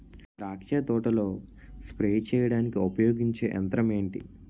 ద్రాక్ష తోటలో స్ప్రే చేయడానికి ఉపయోగించే యంత్రం ఎంటి?